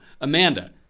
Amanda